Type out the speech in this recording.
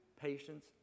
patience